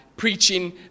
preaching